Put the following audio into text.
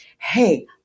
Hey